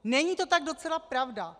Není to tak docela pravda.